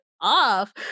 off